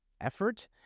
effort